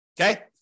Okay